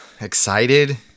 excited